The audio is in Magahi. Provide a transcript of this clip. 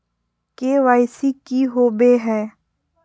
के.वाई.सी की हॉबे हय?